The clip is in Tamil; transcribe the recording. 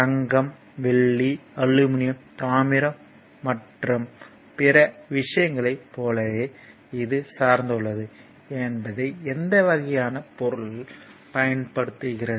தங்கம் வெள்ளி அலுமினியம் தாமிரம் மற்றும் பிற விஷயங்களைப் போலவே இது சார்ந்துள்ளது என்பதை எந்த வகையான பொருள் பயன்படுத்துகிறது